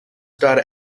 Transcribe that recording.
daughter